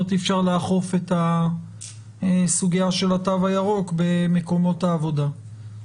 אי אפשר לאכוף את הסוגיה של התו הירוק במקומות העבודה.